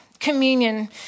Communion